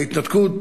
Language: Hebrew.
ההתנתקות,